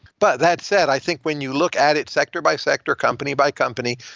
but that said, i think when you look at it sector-by-sector, company-by-company,